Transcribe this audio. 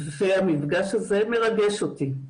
והמפגש הזה מרגש אותי.